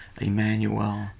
Emmanuel